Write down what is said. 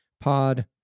Pod